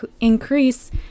increase